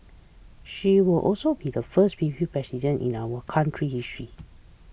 she will also be the first female President in our country's history